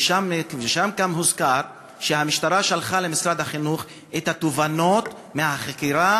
ושם גם הוזכר שהמשטרה שלחה למשרד החינוך את התובנות מהחקירה,